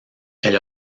elle